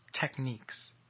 techniques